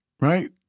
right